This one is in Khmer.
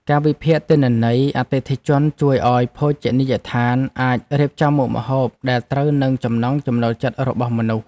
ការវិភាគទិន្នន័យអតិថិជនជួយឱ្យភោជនីយដ្ឋានអាចរៀបចំមុខម្ហូបដែលត្រូវនឹងចំណង់ចំណូលចិត្តរបស់មនុស្ស។